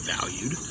valued